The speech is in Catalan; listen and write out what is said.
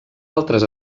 altres